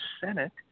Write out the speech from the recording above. Senate